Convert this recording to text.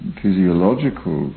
physiological